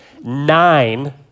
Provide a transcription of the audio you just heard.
nine